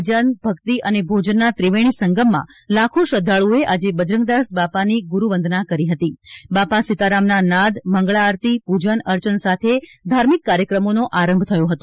ભજન ક્તિ અને ભોજનના ત્રિવેણી સંગમમાં લાખો શ્રદ્વાળુઓએ આજે બજરંગદાસ બાપાની ગુરુવંદના કરી હતી બાપા સીતારામના નાદ મંગળા આરતી પૂજન અર્ચન સાથે ધાર્મિક કાર્યક્રમોનો આરંભ થયો હતો